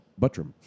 Buttram